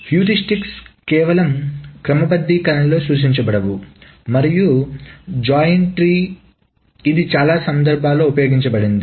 heuristics కేవలం క్రమబద్ధీకరణలో సూచించబడవు మరియు జాయిన్ ట్రీ ఇది చాలా సందర్భాలలో ఉపయోగించబడింది